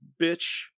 bitch